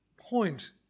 point